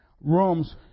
rooms